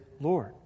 Lord